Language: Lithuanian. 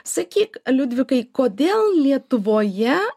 sakyk liudvikai kodėl lietuvoje